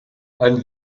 and